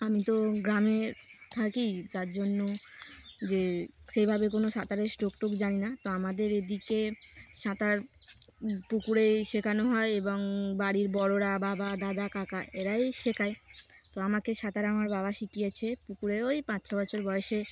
আমি তো গ্রামে থাকি যার জন্য যে সেইভাবে কোনো সাঁতারের স্ট্রোক টোক জানি না তো আমাদের এদিকে সাঁতার পুকুরেই শেখানো হয় এবং বাড়ির বড়োরা বাবা দাদা কাকা এরাই শেখায় তো আমাকে সাঁতার আমার বাবা শিখিয়েছে পুকুরে ওই পাঁচ ছ বছর বয়সে